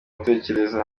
atekereza